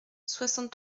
soixante